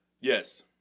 Yes